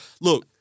Look